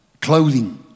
clothing